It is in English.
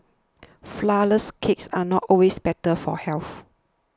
Flourless Cakes are not always better for health